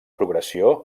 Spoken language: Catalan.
progressió